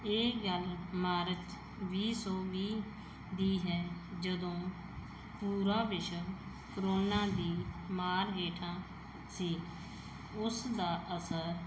ਇਹ ਗੱਲ ਮਾਰਚ ਵੀਹ ਸੌ ਵੀਹ ਦੀ ਹੈ ਜਦੋਂ ਪੂਰਾ ਵਿਸ਼ਵ ਕਰੋਨਾ ਦੀ ਮਾਰ ਹੇਠਾਂ ਸੀ ਉਸ ਦਾ ਅਸਰ